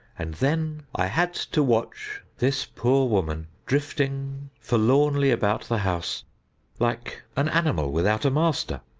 and then i had to watch this poor woman drifting forlornly about the house like an animal without a master,